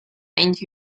into